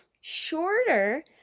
shorter